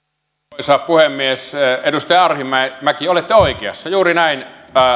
arvoisa puhemies edustaja arhinmäki olette oikeassa juuri näin